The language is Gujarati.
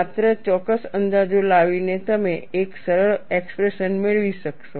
માત્ર ચોક્કસ અંદાજો લાવીને તમે એક સરળ એક્સપ્રેશન મેળવી શકશો